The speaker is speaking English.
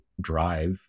drive